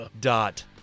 dot